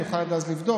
אני אוכל עד אז לבדוק,